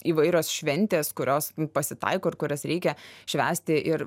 įvairios šventės kurios pasitaiko ir kurias reikia švęsti ir